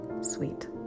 Sweet